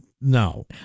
no